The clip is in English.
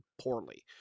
poorly